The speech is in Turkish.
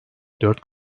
dört